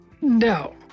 No